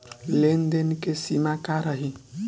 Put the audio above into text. लेन देन के सिमा का रही?